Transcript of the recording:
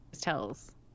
tells